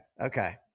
Okay